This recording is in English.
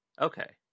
okay